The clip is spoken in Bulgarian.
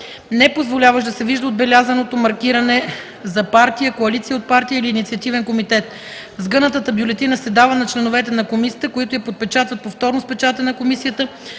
непозволяващ да се вижда отбелязаното маркиране за партия, коалиция от партии или инициативен комитет. Сгънатата бюлетина се дава на членовете на комисията, които я подпечатват повторно с печата на комисията,